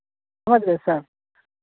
समझ गए सर